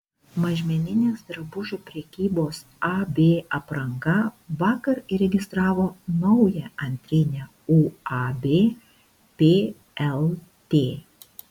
mažmeninės drabužių prekybos ab apranga vakar įregistravo naują antrinę uab plt